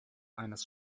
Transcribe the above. eines